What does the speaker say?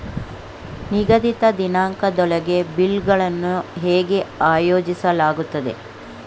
ನಿಗದಿತ ದಿನಾಂಕದೊಳಗೆ ಬಿಲ್ ಗಳನ್ನು ಹೇಗೆ ಆಯೋಜಿಸಲಾಗುತ್ತದೆ?